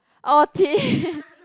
oh thin